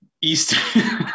east